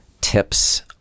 tips